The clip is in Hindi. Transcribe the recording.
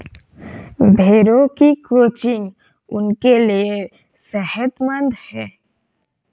भेड़ों की क्रचिंग उनके लिए सेहतमंद है